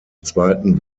zweiten